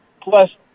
plus